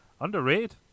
Underrated